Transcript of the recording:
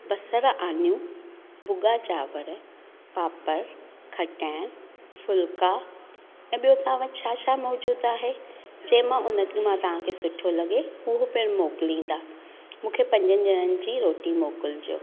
बसरु आनियूं भुॻा चांवर पापड़ खटायणु फुल्का ऐं ॿियो तव्हां वटि छा छा मौजूदु आहे जंहिंमां उनमें तव्हां खे सुठो लॻे उहो पिणु मोकिलिंदा मूंखे पंजनि ॼणनि जी रोटी मोकिलिजो